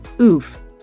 oof